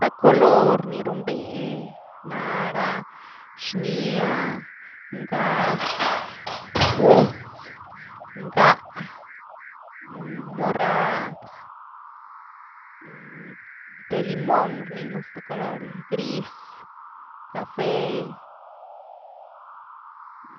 Ra color ni runbe nara xnya, ngaz, gútz, ngáh, murad, de limón rnii un zth color’gy, gris, café.